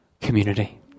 community